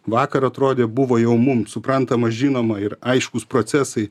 vakar atrodė buvo jau mum suprantama žinoma ir aiškūs procesai